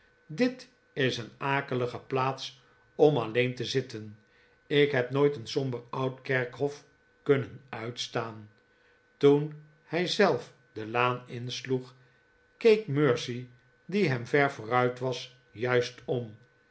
dit is een akelige plaats om alleen te zitten ik heb nobit een somber oud kerkhof kunnen uitstaan toen hij zelf de laan insloeg keek mercy die hem ver vooruit was juist om